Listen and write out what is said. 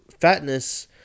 fatness